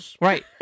Right